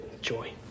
joy